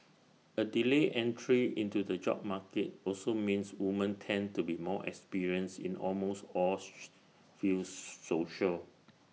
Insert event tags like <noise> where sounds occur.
A delayed entry into the job market also means woman tend to be more experienced in almost all <noise> fields social